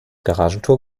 garagentor